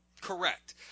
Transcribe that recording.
Correct